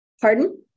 Pardon